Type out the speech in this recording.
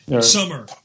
summer